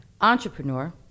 Entrepreneur